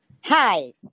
Hi